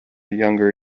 younger